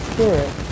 Spirit